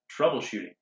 troubleshooting